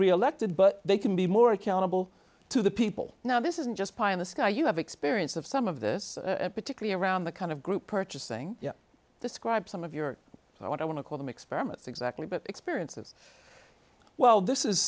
reelected but they can be more accountable to the people now this isn't just pie in the sky you have experience of some of this particularly around the kind of group purchasing describe some of your what i want to call them experiments exactly but experiences well this is